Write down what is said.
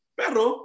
pero